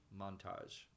montage